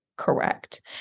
Correct